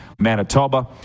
Manitoba